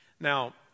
Now